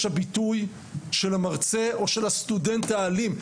הביטוי של המרצה או של הסטודנט האלים.